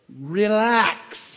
relax